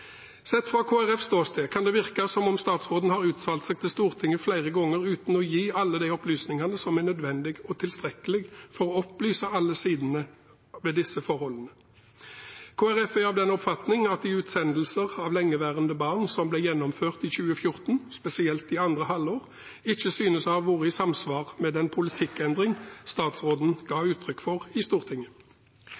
Sett fra Kristelig Folkepartis ståsted kan det virke som om statsråden har uttalt seg til Stortinget flere ganger uten å gi alle de opplysningene som er nødvendige og tilstrekkelige for å opplyse alle sidene ved disse forholdene. Kristelig Folkeparti er av den oppfatning at de utsendelsene av lengeværende barn som ble gjennomført i 2014, spesielt i andre halvår, ikke synes å ha vært i samsvar med den politikkendringen statsråden ga uttrykk for i Stortinget.